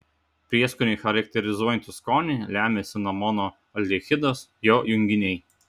prieskonį charakterizuojantį skonį lemia cinamono aldehidas jo junginiai